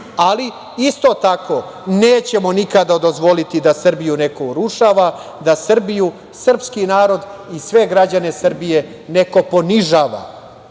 isto tako, nećemo nikada dozvoliti da Srbiju neko urušava, da Srbiju, srpski narod i sve građane Srbije neko ponižava